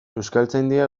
euskaltzaindia